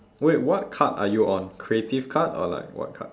wait what card are you on creative card or like what card